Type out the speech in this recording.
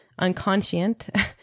unconscient